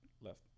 Left